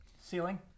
ceiling